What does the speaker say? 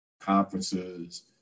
conferences